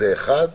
זה נושא אחד.